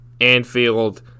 Anfield